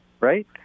right